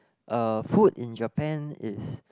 uh food in Japan is